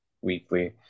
weekly